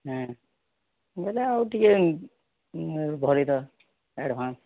ହେଁ ବୋଲେ ଆଉ ଟିକିଏ ଧରେଇ ଦେବା ଆଡ଼ଭାନସ୍